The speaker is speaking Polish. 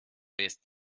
jest